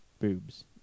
boobs